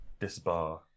disbar